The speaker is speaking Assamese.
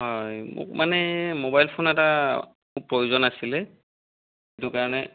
হয় মোক মানে মোবাইল ফোন এটা প্ৰয়োজন আছিলে সেইটো কাৰণে